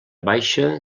baixa